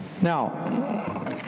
Now